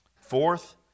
Fourth